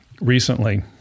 recently